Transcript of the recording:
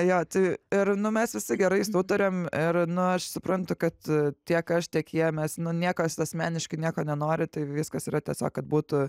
jo tai ir nu mes visi gerai sutariam ir nu aš suprantu kad tiek aš tiek jie mes niekas asmeniškai nieko nenori tai viskas yra tiesiog kad būtų